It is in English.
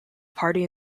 party